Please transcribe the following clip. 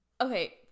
Okay